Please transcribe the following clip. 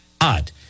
odd